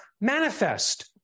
manifest